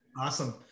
Awesome